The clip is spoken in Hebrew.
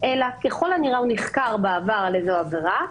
אלא ככל הנראה הוא נחקר בעבר על איזו עבירה,